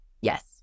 Yes